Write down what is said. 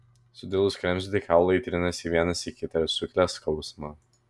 sudilus kremzlei kaulai trinasi vienas į kitą ir sukelia skausmą